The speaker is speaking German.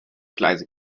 gleise